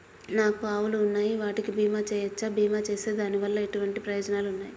నాకు ఆవులు ఉన్నాయి వాటికి బీమా చెయ్యవచ్చా? బీమా చేస్తే దాని వల్ల ఎటువంటి ప్రయోజనాలు ఉన్నాయి?